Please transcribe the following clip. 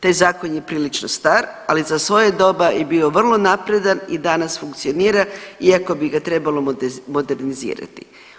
Taj zakon je prilično star ali za svoje doba je bio vrlo napredan i danas funkcionira iako bi ga trebalo modernizirati.